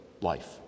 life